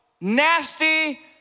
nasty